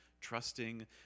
trusting